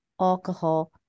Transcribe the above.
alcohol